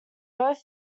both